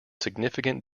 significant